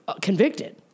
convicted